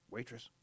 Waitress